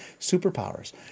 superpowers